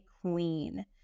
queen